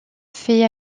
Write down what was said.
fait